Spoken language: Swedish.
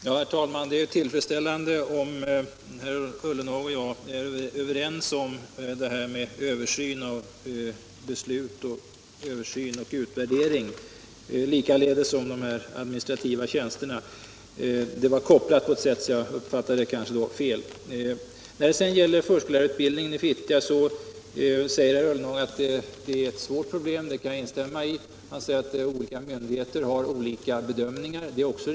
Herr talman! Det är tillfredsställande att herr Ullenhag och jag är överens om översynen och utvärderingen liksom om de administrativa tjänsterna. Det var kopplat på ett sätt som gjorde att jag kanske uppfattade det fel. När det gäller förskollärarutbildningen i Fittja säger herr Ullenhag att det är ett svårt problem. Det kan jag instämma i. Han säger också att olika myndigheter har olika bedömningar. Också det är riktigt.